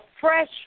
fresh